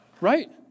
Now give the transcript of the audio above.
Right